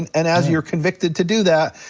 and and as you're convicted to do that,